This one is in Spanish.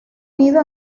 nido